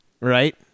Right